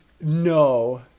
No